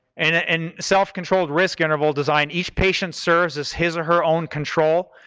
and and self-controlled risk interval design each patient serves as his or her own control,